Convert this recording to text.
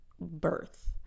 birth